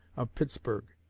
of pittsburgh,